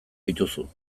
dituzu